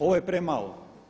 Ovo je premalo.